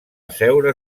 asseure